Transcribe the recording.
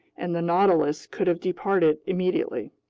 and the nautilus could have departed immediately.